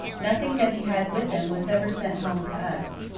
nothing that he had with him was ever sent home to us.